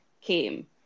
came